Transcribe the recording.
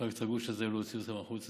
לפנות את הגוש הזה ולהוציא אותו החוצה.